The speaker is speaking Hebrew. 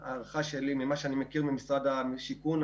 ממה שאני מכיר ממשרד השיכון,